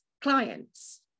clients